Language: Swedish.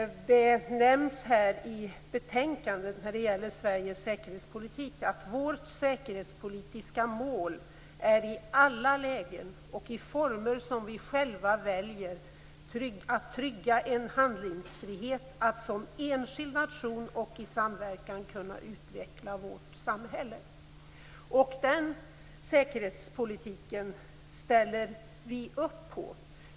När det gäller Sveriges säkerhetspolitik nämns det i betänkandet att vårt säkerhetspolitiska mål i alla lägen och i former som vi själva väljer är att trygga en handlingsfrihet att som enskild nation och i samverkan kunna utveckla vårt samhälle. Den säkerhetspolitiken ställer vi upp på.